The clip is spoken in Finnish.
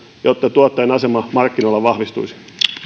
jotta tuottajan asema markkinoilla vahvistuisi